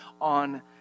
on